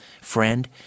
friend